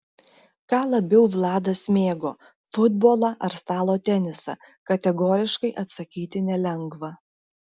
ką labiau vladas mėgo futbolą ar stalo tenisą kategoriškai atsakyti nelengva